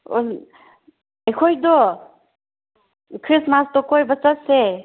ꯎꯝ ꯑꯩꯈꯣꯏꯗꯣ ꯈ꯭ꯔꯤꯁꯃꯥꯁꯇꯣ ꯀꯣꯏꯕ ꯆꯠꯁꯦ